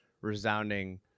resounding